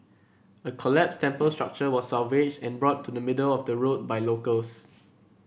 a collapsed temple structure was salvaged and brought to the middle of the road by locals